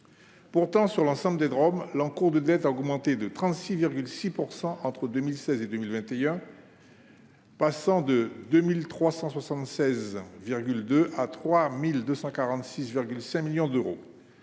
Pourtant, dans l'ensemble des Drom, l'encours de dette a augmenté de 36,6 % entre 2016 et 2021, passant de 2 376,2 à 3 246,5 millions d'euros.